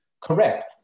Correct